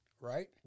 Right